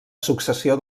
successió